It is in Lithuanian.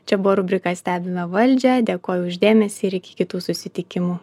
čia buvo rubrika stebime valdžią dėkoju už dėmesį ir iki kitų susitikimų